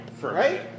right